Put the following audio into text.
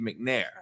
McNair